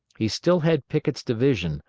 he still had pickett's division,